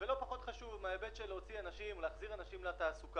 והן בהיבט של להוציא אנשים ולהחזיר אנשים לתעסוקה.